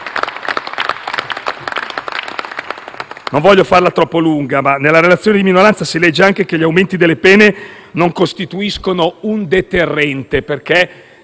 Non voglio farla troppo lunga, ma nella relazione di minoranza si legge anche che gli aumenti delle pene non costituiscono un deterrente, perché